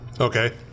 Okay